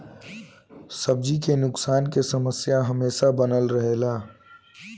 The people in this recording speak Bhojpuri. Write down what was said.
सब्जी के नुकसान के समस्या हमेशा बनल रहेला